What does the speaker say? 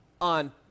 on